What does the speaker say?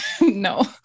No